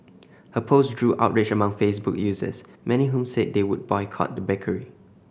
her post drew outrage among Facebook users many whom said they would boycott the bakery